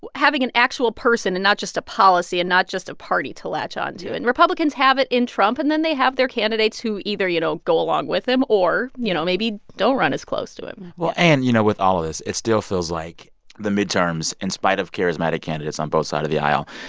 having an actual person and not just a policy and not just a party to latch onto. and republicans have it in trump, and then they have their candidates who either, you know, go along with him or, you know, maybe don't run as close to him well, and, you know, with all of this, it still feels like the midterms in spite of charismatic candidates on both side of the aisle,